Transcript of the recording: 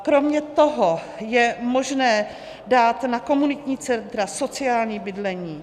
Kromě toho je možné dát na komunitní centra, sociální bydlení.